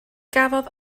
gafodd